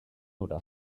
hura